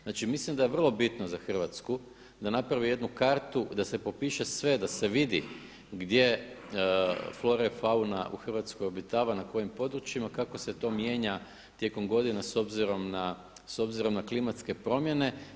Znači mislim da je vrlo bitno za Hrvatsku da napravi jednu kartu da se popiše sve, da se vidi gdje flora i fauna obitava na kojim područjima kako se to mijenja tijekom godina s obzirom na klimatske promjene.